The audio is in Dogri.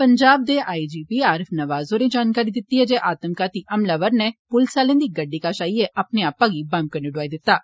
पंजाब दे आईजपी आरिफ नवाज होरें जानकारी दित्ती ऐ जे आत्मघाती हमलावर ने पुलस आलें दी गड्डी कश आइयै अपने आपै गी बम कन्नै डोआई दित्ता